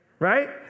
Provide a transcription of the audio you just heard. right